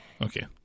Okay